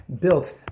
built